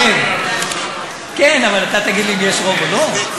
כן, אבל אתה תגיד לי אם יש רוב או לא?